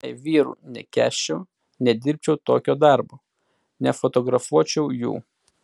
jei vyrų nekęsčiau nedirbčiau tokio darbo nefotografuočiau jų